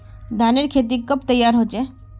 धानेर खेती कब तैयार होचे?